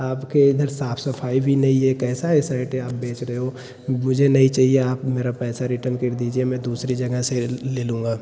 आपके इधर साफ़ सफ़ाई भी नहीं है कैसा यह शर्ट आप बेच रहे हो मुझे नहीं चाहिए आप मेरा पैसा रिटर्न कर दीजिए मैं दूसरी जगह से ले लूँगा